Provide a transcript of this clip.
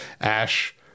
ash